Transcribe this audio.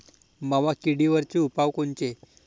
मावा किडीवरचे उपाव कोनचे?